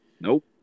Nope